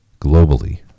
globally